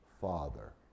Father